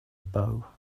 bow